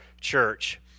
church